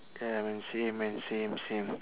ya man same man same same